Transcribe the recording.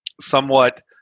somewhat